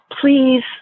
Please